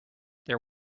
there